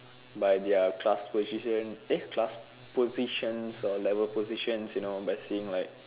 by their class position eh class positions or level positions you know by seeing like